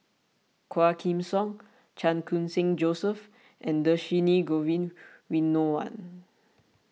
Quah Kim Song Chan Khun Sing Joseph and Dhershini Govin Winodan